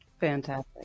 Fantastic